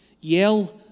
Yell